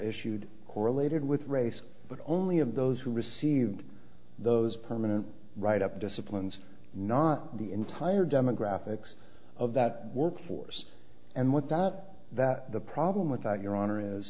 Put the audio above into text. issued correlated with race but only of those who received those permanent write up disciplines not the entire demographics of that workforce and what that that the problem with that your honor is